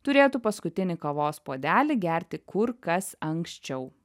turėtų paskutinį kavos puodelį gerti kur kas anksčiau